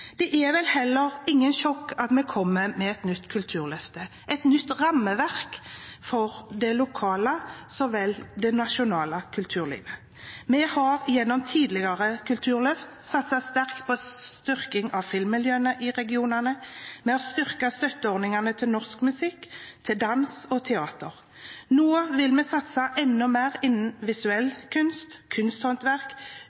Det er vel heller ikke noe sjokk at vi kommer med et nytt kulturløfte, et nytt rammeverk for det lokale så vel som for det nasjonale kulturlivet. Vi har gjennom tidligere kulturløft satset sterkt på styrking av filmmiljøene i regionene, og vi har styrket støtteordningene til norsk musikk, dans og teater. Nå vil vi satse enda mer innen